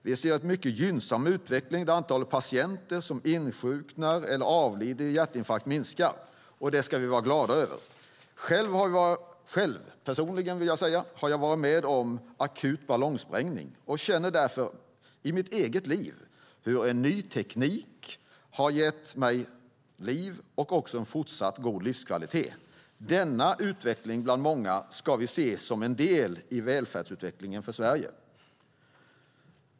Vi ser en mycket gynnsam utveckling där antalet patienter som insjuknar eller avlider i hjärtinfarkt minskar. Det ska vi vara glada över. Personligen har jag varit med om akut ballongsprängning och känner därför i mitt eget liv hur ny teknik har gett mig liv och en fortsatt god livskvalitet. Denna utveckling bland många ska vi se som en del i välfärdsutvecklingen för Sverige.